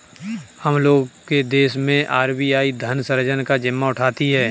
हम लोग के देश मैं आर.बी.आई धन सृजन का जिम्मा उठाती है